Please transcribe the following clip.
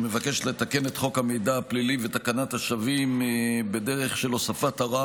שמבקשת לתקן את חוק המידע הפלילי ותקנת השבים בדרך של הוספת הוראה